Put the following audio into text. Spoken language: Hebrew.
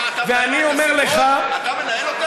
מה, אתה מנהל אותם?